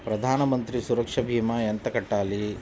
ప్రధాన మంత్రి సురక్ష భీమా ఎంత కట్టాలి?